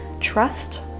trust